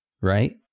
right